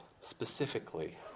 specifically